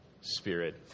Spirit